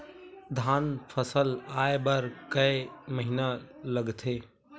धान फसल आय बर कय महिना लगथे?